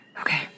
Okay